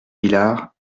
villars